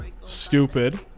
Stupid